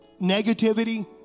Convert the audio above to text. Negativity